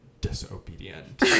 disobedient